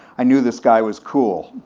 i knew this guy was cool.